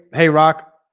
hey rach,